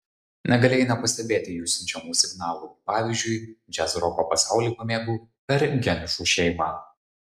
negalėjai nepastebėti jų siunčiamų signalų pavyzdžiui džiazroko pasaulį pamėgau per geniušų šeimą